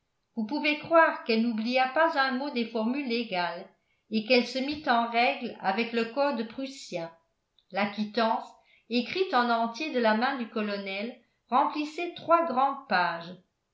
vous pouvez croire qu'elle n'oublia pas un mot des formules légales et qu'elle se mit en règle avec le code prussien la quittance écrite en entier de la main du colonel remplissait trois grandes pages